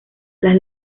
las